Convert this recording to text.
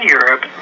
Europe